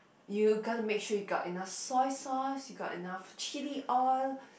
you gonna make sure you got enough soy sauce you got enough chili oil